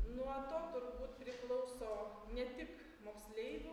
nuo to turbūt priklauso ne tik moksleivių